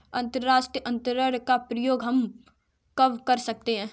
अंतर्राष्ट्रीय अंतरण का प्रयोग हम कब कर सकते हैं?